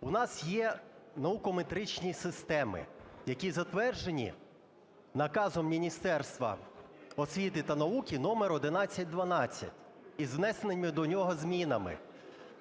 У нас єнаукометричні системи, які затверджені Наказом Міністерства освіти та науки № 1112, із внесеними до нього змінами.